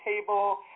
table